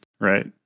Right